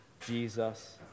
Jesus